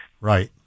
Right